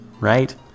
Right